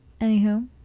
anywho